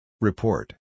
Report